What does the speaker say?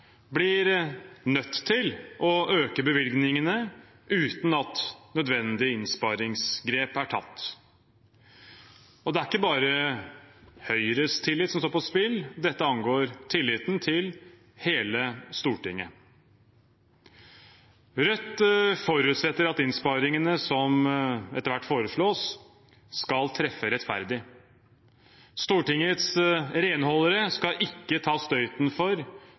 blir nødt til å øke bevilgningene uten at nødvendige innsparingsgrep er tatt. Det er ikke bare Høyres tillit som står på spill, dette angår tilliten til hele Stortinget. Rødt forutsetter at innsparingene som etter hvert foreslås, skal treffe rettferdig. Stortingets renholdere skal ikke ta støyten for